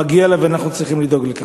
מגיע לה, ואנחנו צריכים לדאוג לכך.